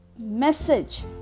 message